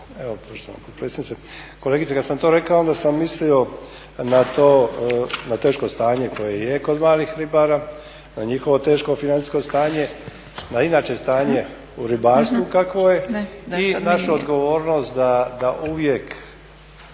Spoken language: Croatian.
potpredsjednice. Kolegice kada sam to rekao onda sam mislio na to, na teško stanje koje je kod malih ribara, na njihovo teško financijsko stanje, na inače stanje u ribarstvu kakvo je i našu odgovornost da uvijek